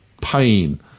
pain